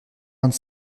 vingt